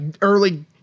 early